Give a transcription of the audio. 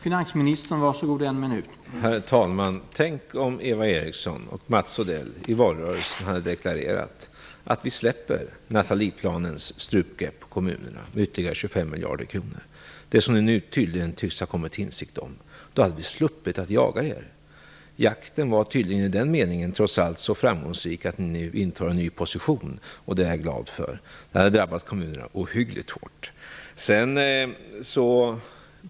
Herr talman! Tänk om Eva Eriksson och Mats Odell i valrörelsen hade deklarerat att de släppte Nathalieplanens strupgrepp på kommunerna som innebar neddragningar på ytterligare 25 miljarder kronor, detta som ni nu tycks ha kommit till insikt om. Då hade vi sluppit att jaga er. I den meningen var jakten trots allt så framgångsrik att ni nu intar en ny position, och det är jag glad för. Annars hade kommunerna drabbats ohyggligt hårt.